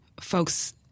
folks